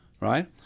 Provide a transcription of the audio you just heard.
right